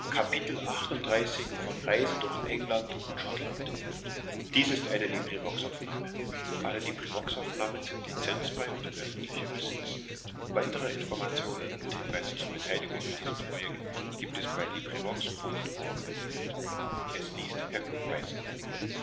so gibt es